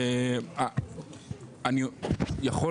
אני יכול